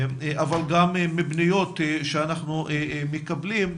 אבל גם מפניות שאנחנו מקבלים,